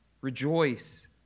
rejoice